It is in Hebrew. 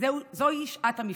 זוהי שעת המבחן.